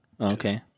Okay